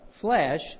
flesh